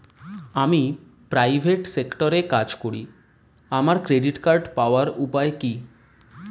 আমি প্রাইভেট সেক্টরে কাজ করি আমার ক্রেডিট কার্ড পাওয়ার উপায় কি?